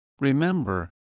Remember